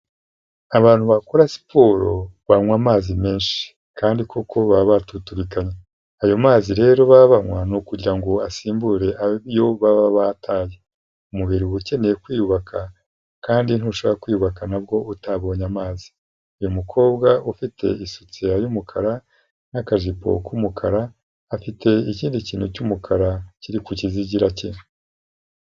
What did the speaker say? Abantu bakora siporo banywa amazi menshi, kandi koko baba batuturukanye, ayo mazi rero baba banywa ni ukugira ngo asimbure ayo baba bataye, umubiri uba ukeneye kwiyubaka kandi ntushobora kwiyubaka nabwo utabonye amazi, uyu mukobwa ufite isutiya y'umukara n'akajipo k'umukara, afite ikindi kintu cy'umukara kiri ku kizigira cye.